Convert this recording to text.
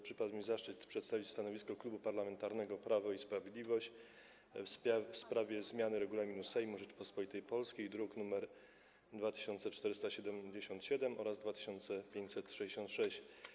Przypadł mi zaszczyt przedstawienia stanowiska Klubu Parlamentarnego Prawo i Sprawiedliwość w sprawie zmiany Regulaminu Sejmu Rzeczypospolitej Polskiej, druki nr 2477 i 2566.